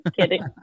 Kidding